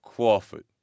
Crawford